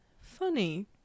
Funny